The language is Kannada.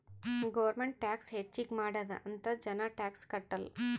ಗೌರ್ಮೆಂಟ್ ಟ್ಯಾಕ್ಸ್ ಹೆಚ್ಚಿಗ್ ಮಾಡ್ಯಾದ್ ಅಂತ್ ಜನ ಟ್ಯಾಕ್ಸ್ ಕಟ್ಟಲ್